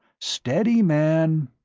steady, man!